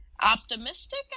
optimistic